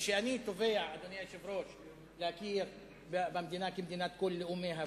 ואני תובע להכיר במדינה כמדינת כל לאומיה,